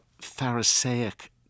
Pharisaic